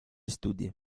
studi